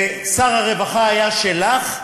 ושר הרווחה היה שלך,